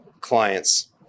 clients